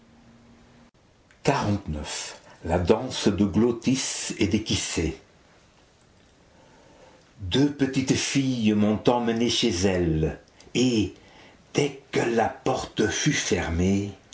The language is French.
la danse de glôttis et de kysé deux petites filles m'ont emmenée chez elles et dès que la porte fut fermée